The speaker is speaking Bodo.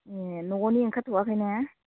ए न'आवनि ओंखारथ'वाखै ने